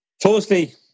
firstly